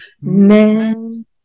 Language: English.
Men